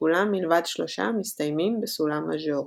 שכולם מלבד שלושה מסתיימים בסולם מז'ורי.